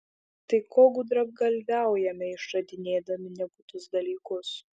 tai ko gudragalviaujame išradinėdami nebūtus dalykus